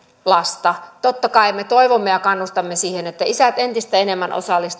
lasta totta kai me toivomme ja kannustamme että isät entistä enemmän osallistuisivat